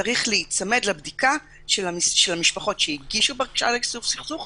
צריך להיצמד לבדיקה של המשפחות שהגישו בקשה ליישוב סכסוך,